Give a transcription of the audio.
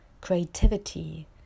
creativity